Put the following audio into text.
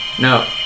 no